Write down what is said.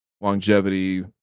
longevity